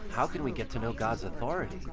how can we get to know god's authority?